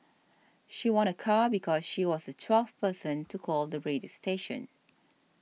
she won a car because she was the twelfth person to call the radio station